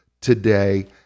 today